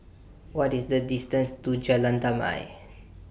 What IS The distance to Jalan Damai